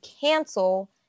cancel